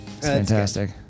Fantastic